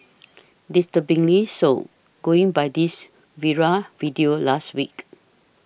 disturbingly so going by this viral video last week